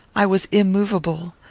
i was immovable.